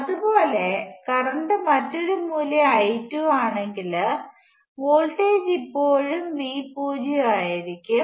അതുപോലെ കറണ്ട് മറ്റൊരു മൂല്യം I2 ആണെങ്കിൽ വോൾട്ടേജ് ഇപ്പോഴും Vo ആയിരിക്കും